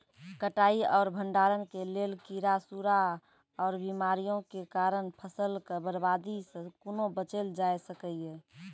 कटाई आर भंडारण के लेल कीड़ा, सूड़ा आर बीमारियों के कारण फसलक बर्बादी सॅ कूना बचेल जाय सकै ये?